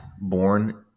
born